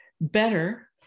better